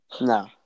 No